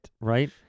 Right